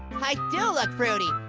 i do look fruity.